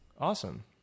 Awesome